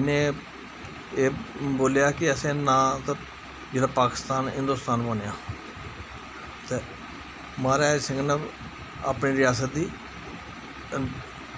इ'नें एह् बोलेआ हा असें नां ते जिसलै पाकिस्तान ते हिन्दोस्तान बनेआ महाराजा हरि सिंह ना अपनी रियास्त दी